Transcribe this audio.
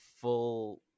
full